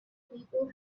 people